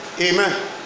Amen